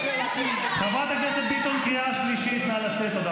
--- חברת הכנסת ביטון, קריאה שלישית, נא לצאת.